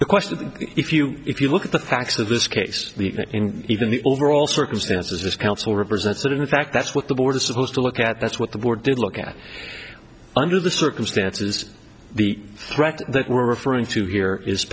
board question if you if you look at the facts of this case even the overall circumstances this council represents that in fact that's what the board is supposed to look at that's what the board did look at under the circumstances the threat that we're referring to here is